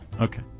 Okay